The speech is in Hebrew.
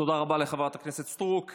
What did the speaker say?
תודה רבה לחברת הכנסת סטרוק.